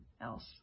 else